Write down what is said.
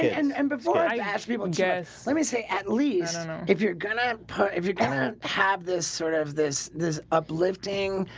and and before i ask people guess let me say at least if you're gonna put if you can have this sort of this is uplifting